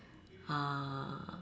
ha